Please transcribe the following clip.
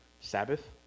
Sabbath